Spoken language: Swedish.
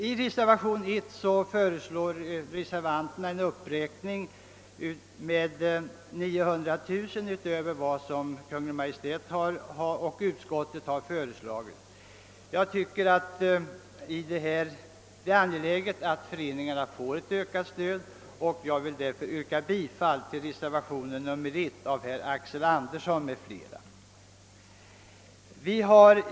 I reservation 1 föreslår reservanterna en uppräkning med 900 000 kronor utöver Kungl. Maj:ts och utskottets förslag. Enligt min mening är det angeläget att föreningarna får ett ökat stöd, och jag vill därför yrka bifall till reservationen nr 1 av herr Axel Andersson m.fl.